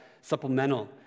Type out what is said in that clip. supplemental